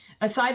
Aside